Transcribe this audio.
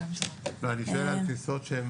אני שואל על טיסות,